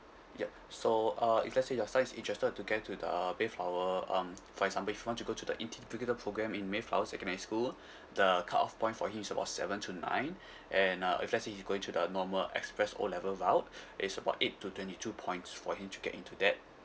yup so uh if let's say your son is interested to get into the mayflower um for example if want to go to the integrated programme in mayflower secondary school the cutoff point for him is about seven to nine and uh if let's say he's going to the normal express O level route it's about eight to twenty two points for him to get into that